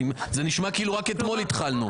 זה נשמע כאילו רק אתמול התחלנו.